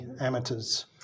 amateurs